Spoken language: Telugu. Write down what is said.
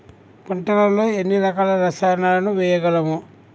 పంటలలో ఎన్ని రకాల రసాయనాలను వేయగలము?